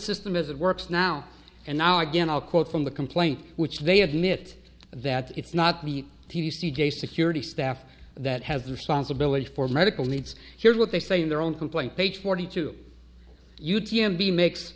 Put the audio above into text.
system as it works now and now again i'll quote from the complaint which they admit that it's not the d c gay security staff that has the responsibility for medical needs here's what they say in their own complaint page forty two you t m b m